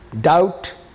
doubt